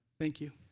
thank you.